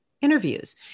interviews